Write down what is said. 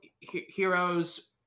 heroes